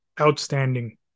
outstanding